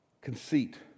conceit